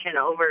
over